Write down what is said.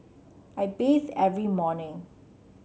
I bathe every morning